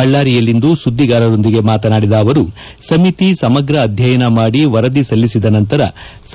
ಬಳ್ಳಾರಿಯಲ್ಲಿಂದು ಸುದ್ದಿಗಾರರೊಂದಿಗೆ ಮಾತನಾಡಿದ ಅವರು ಸಮಿತಿ ಸಮಗ್ರ ಅಧ್ಯಯನ ಮಾಡಿ ವರದಿ ಸಲ್ಲಿಸಿದ ನಂತರ